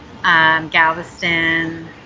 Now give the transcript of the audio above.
Galveston